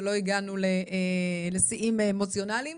שלא הגענו לשיאים אמוציונליים